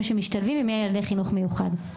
שמשתלבים ומי ילדי החינוך המיוחד.